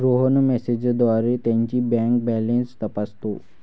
रोहन मेसेजद्वारे त्याची bank balance तपासतो